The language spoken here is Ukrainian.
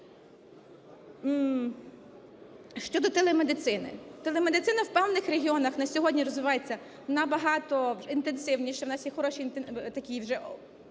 Щодо телемедицини. Телемедицина в певних регіонах на сьогодні розвивається набагато інтенсивніше. В нас є хороші, такі вже